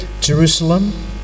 Jerusalem